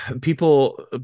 People